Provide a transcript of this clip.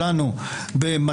הרווחה.